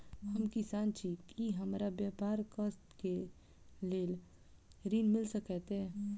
हम किसान छी की हमरा ब्यपार करऽ केँ लेल ऋण मिल सकैत ये?